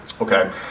Okay